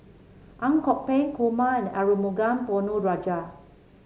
Ang Kok Peng Kumar and Arumugam Ponnu Rajah